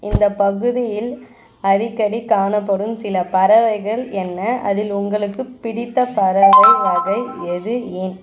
இந்த பகுதியில் அடிக்கடி காணப்படும் சில பறவைகள் என்ன அதில் உங்களுக்கு பிடித்த பறவை வகை எது ஏன்